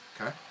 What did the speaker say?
Okay